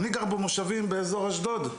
אני גר במושבים באזור אשדוד.